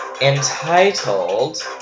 entitled